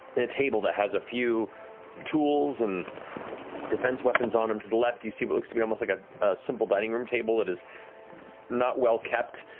and a table that has a few tools and defense weapons on them. to the left, you see but like see like a simple dining room table, it is not well kept.